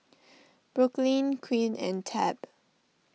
Brooklynn Quinn and Tab